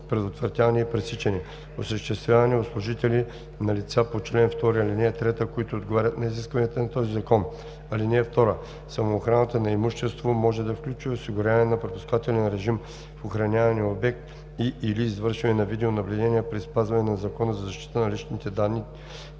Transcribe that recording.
предотвратяване и пресичане, осъществявана от служители на лице по чл. 2, ал. 3, които отговарят на изискванията на този Закон. (2) Самоохраната на имуществото може да включва и осигуряване на пропускателен режим в охранявания обект и/или извършване на видеонаблюдение при спазване на Закона за защита на личните данни,